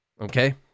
Okay